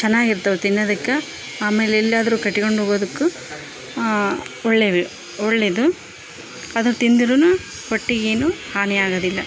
ಚೆನ್ನಾಗಿರ್ತಾವು ತಿನ್ನೋದಿಕ್ಕ ಆಮೇಲೆ ಎಲ್ಲಾದರೂ ಕಟ್ಕ್ಯೊಂಡು ಹೋಗದುಕ್ಕು ಒಳ್ಳೇಯದು ಒಳ್ಳೇಯದು ಅದನ್ನ ತಿಂದರೂನು ಹೊಟ್ಟಿಗೇನು ಹಾನಿಯಾಗುದಿಲ್ಲ